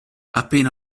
appena